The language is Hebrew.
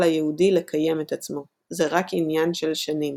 היהודי לקיים את עצמו; זה רק עניין של שנים.